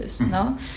no